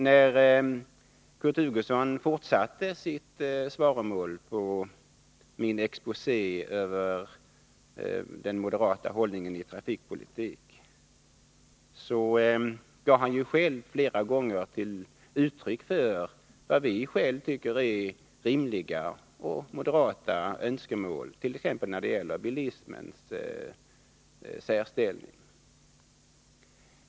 När Kurt Hugosson fortsatte sitt svaromål på min exposé över moderaternas hållning i trafikpolitiken, gav han flera gånger uttryck för vad vi själva tycker är rimliga och moderata önskemål, t.ex. när det gäller bilismens särställning.